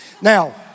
Now